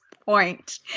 Point